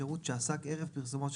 שאני יודע שצריכים לחזור אליי.